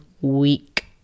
week